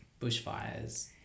bushfires